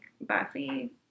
Buffy